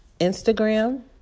Instagram